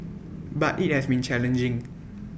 but IT has been challenging